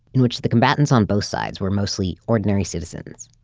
in which the combatants on both side were mostly ordinary citizens,